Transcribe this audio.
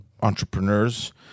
entrepreneurs